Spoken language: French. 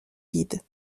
vide